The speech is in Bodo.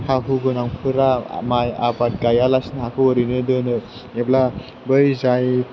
हा हु गोनांफोरा माइ आबाद गायालासिनो हाखौ ओरैनो दोनो एबा बै जाय